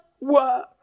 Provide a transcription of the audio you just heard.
work